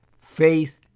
faith